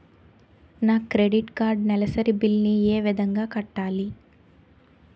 నా credit card నెలసరి bill ని ఏ విధంగా కట్టాలి?